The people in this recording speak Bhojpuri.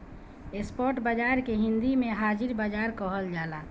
स्पॉट बाजार के हिंदी में हाजिर बाजार कहल जाला